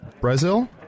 Brazil